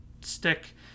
stick